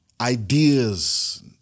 Ideas